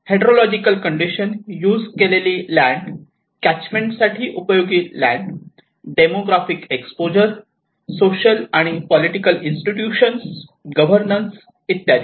hydrological condition use केलेली land catchment साठी उपयोगी लँड डेमोग्राफिक एक्सपोज सोशल आणि पॉलिटिकल इन्स्टिट्यूशन गव्हर्नन्स इत्यादी